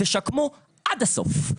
תשקמו עד הסוף.